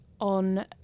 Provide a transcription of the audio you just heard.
on